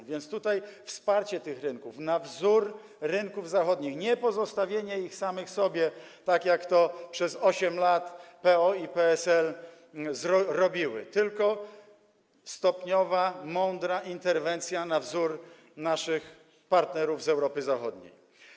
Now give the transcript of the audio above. A więc chodzi o wsparcie tych rynków na wzór rynków zachodnich, nie pozostawianie ich samym sobie, tak jak to przez 8 lat PO i PSL robiły, tylko stopniowa, mądra interwencja na wzór podejmowanej przez naszych partnerów z Europy Zachodniej.